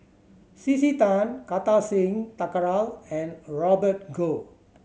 C C Tan Kartar Singh Thakral and Robert Goh